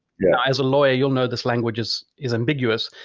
yeah, as a lawyer you'll know this language is is ambiguous.